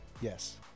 Yes